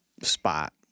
spot